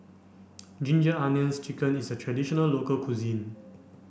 ginger onions chicken is a traditional local cuisine